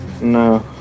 No